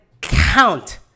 count